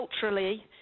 culturally –